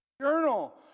journal